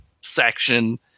section